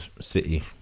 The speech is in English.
City